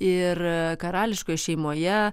ir karališkoj šeimoje